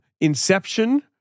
Inception